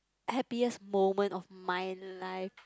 happiest moment of my life